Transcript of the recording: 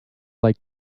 like